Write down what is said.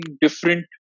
different